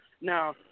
Now